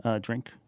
drink